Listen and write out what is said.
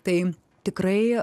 tai tikrai